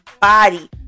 body